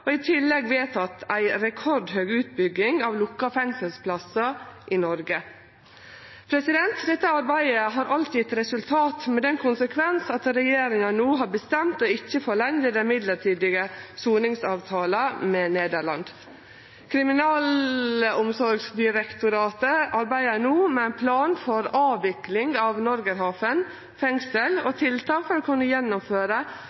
og i tillegg vedteke ei rekordhøg utbygging av lukka fengselsplassar i Noreg. Dette arbeidet har alt gjeve resultat med den konsekvensen at regjeringa no har bestemt ikkje å forlengje den midlertidige soningsavtala med Nederland. Kriminalomsorgsdirektoratet, KDI, arbeider no med ein plan for avvikling av leige av plassar i Norgerhaven fengsel og